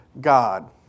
God